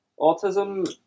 Autism